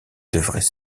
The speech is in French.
devraient